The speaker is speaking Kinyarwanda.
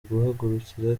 guhagurukira